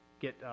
get